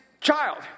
child